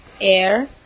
air